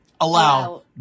allow